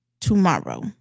Tomorrow